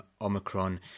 Omicron